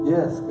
Yes